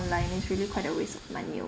online it's really quite a waste of money